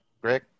Greg